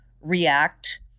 react